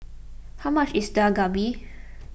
how much is Dak Galbi